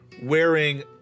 Wearing